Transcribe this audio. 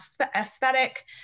aesthetic